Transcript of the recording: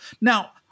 Now